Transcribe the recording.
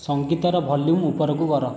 ସଙ୍ଗୀତର ଭଲ୍ୟୁମ୍ ଉପରକୁ କର